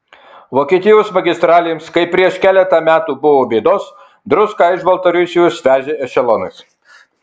vokietijos magistralėms kai prieš keletą metų buvo bėdos druską iš baltarusijos vežė ešelonais